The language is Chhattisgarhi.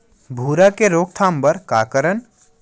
भूरा के रोकथाम बर का करन?